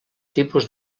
tipus